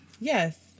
Yes